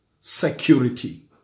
security